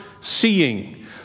seeing